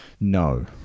No